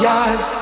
eyes